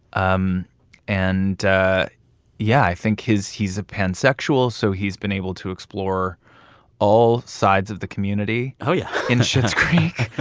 um and yeah, i think his he's a pansexual, so he's been able to explore all sides of the community. oh, yeah. in schitt's creek.